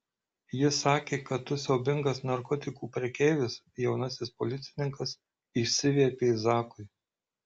ji sakė kad tu siaubingas narkotikų prekeivis jaunasis policininkas išsiviepė zakui